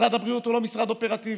משרד הבריאות הוא לא משרד אופרטיבי,